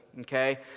Okay